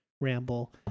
ramble